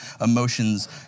emotions